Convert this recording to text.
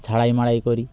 ঝাড়াই মাড়াই করি